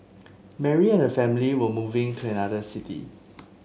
Mary and her family were moving to another city